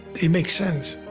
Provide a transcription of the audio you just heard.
they make sense.